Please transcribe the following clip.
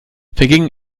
vergingen